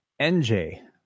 NJ